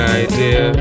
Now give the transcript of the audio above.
idea